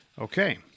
Okay